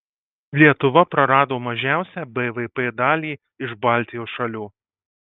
lietuva prarado mažiausią bvp dalį iš baltijos šalių